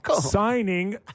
signing